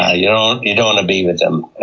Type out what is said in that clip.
ah yeah you don't want to be with them,